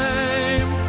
Time